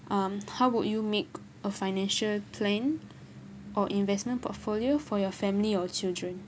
um how would you make a financial plan or investment portfolio for your family or children